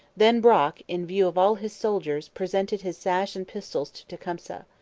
then brock, in view of all his soldiers, presented his sash and pistols to tecumseh.